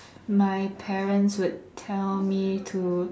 my parents would tell me to